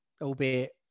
albeit